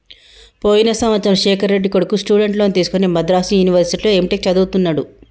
పోయిన సంవత్సరము శేఖర్ రెడ్డి కొడుకు స్టూడెంట్ లోన్ తీసుకుని మద్రాసు యూనివర్సిటీలో ఎంటెక్ చదువుతున్నడు